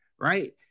right